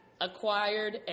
acquired